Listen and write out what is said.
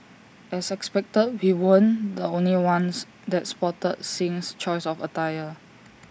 as expected we weren't the only ones that spotted Singh's choice of attire